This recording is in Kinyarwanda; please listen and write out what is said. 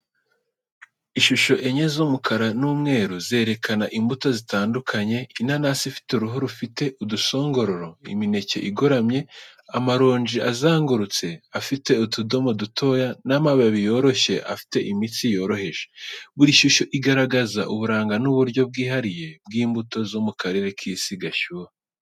Ishusho enye z’umukara n’umweru, zerekana imbuto zitandukanye: inanasi ifite uruhu rufite udusongororo, imineke igoramye, amaronji azengurutse afite utudomo dutoya, n’amababi yoroshye afite imitsi yoroheje. Buri shusho igaragaza uburanga n’uburyo bwihariye bw’imbuto zo mu karere k’isi gashyuha.